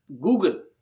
Google